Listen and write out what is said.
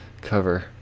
cover